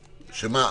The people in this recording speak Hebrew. שמה?